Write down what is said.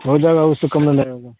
ہو جائے گا اس سے کم میں نہیں لگے گا